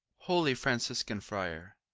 holy franciscan friar!